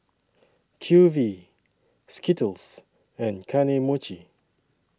Q V Skittles and Kane Mochi